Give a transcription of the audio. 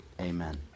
Amen